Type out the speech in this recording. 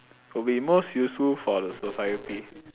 to be most useful for the society